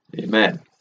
Amen